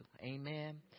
Amen